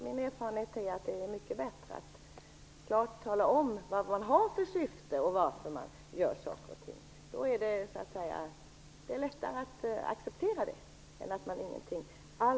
Min erfarenhet är att det är mycket bättre att klart tala om varför man gör saker ting. Då blir det lättare att acceptera än om folk ingenting alls vet.